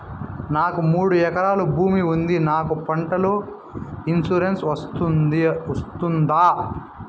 నాకు మూడు ఎకరాలు భూమి ఉంది నాకు పంటల ఇన్సూరెన్సు వస్తుందా?